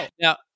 Now